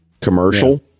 Commercial